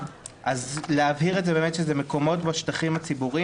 להבהיר שזה מקומות בשטחים הציבוריים